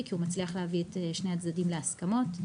כי אנחנו מצליחים להביא את שני הצדדים להסכמות,